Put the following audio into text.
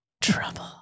Trouble